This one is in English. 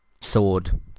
sword